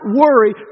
worry